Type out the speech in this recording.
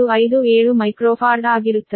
157 microfarad ಆಗಿರುತ್ತದೆ